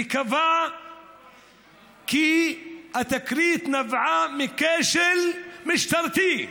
וקבע כי התקרית נבעה מכשל משטרתי,